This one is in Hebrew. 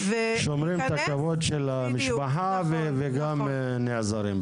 שומרים את הכבוד של המשפחה וגם נעזרים בזה.